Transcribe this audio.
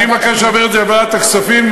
אני מבקש להעביר את זה לוועדת הכספים,